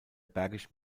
bergisch